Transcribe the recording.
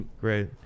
Great